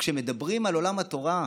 כשמדברים על עולם התורה,